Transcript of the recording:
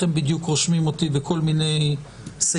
הם בדיוק רושמים אותי בכל מיני סעיפים,